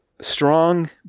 strong